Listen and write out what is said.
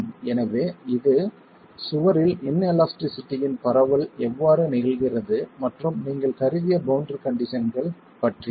எனவே இது சுவரில் இன்எலாஸ்டிஸிட்டியின் பரவல் எவ்வாறு நிகழ்கிறது மற்றும் நீங்கள் கருதிய பௌண்டரி கண்டிஷன்கள் பற்றியது